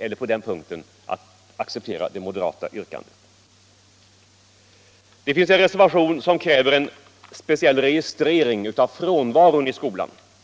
heller på den punkten är berett att acceptera det moderata yrkandet. I en annan reservation krävs en speciell registrering av frånvaron i skolan.